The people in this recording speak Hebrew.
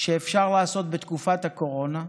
שאפשר לעשות בתקופת הקורונה.